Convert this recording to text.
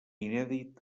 inèdit